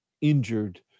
injured